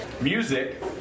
music